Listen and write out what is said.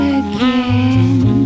again